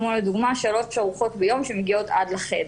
כמו לדוגמה שלוש ארוחות ביום שמגיעות עד לחדר.